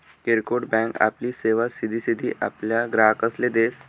किरकोड बँक आपली सेवा सिधी सिधी आपला ग्राहकसले देस